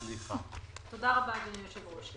תודה רבה, אדוני היושב-ראש.